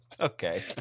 Okay